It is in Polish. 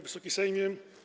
Wysoki Sejmie!